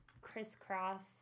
crisscross